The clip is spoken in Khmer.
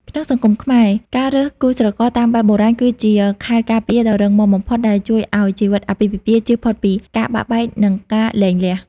ក្នុងសង្គមខ្មែរ ការរើសគូស្រករតាមបែបបុរាណគឺជា "ខែលការពារ" ដ៏រឹងមាំបំផុត ដែលជួយឱ្យជីវិតអាពាហ៍ពិពាហ៍ចៀសផុតពីការបាក់បែក និងការលែងលះ។